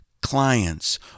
clients